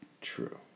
True